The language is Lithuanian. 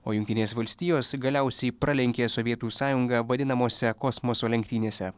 o jungtinės valstijos galiausiai pralenkė sovietų sąjungą vadinamose kosmoso lenktynėse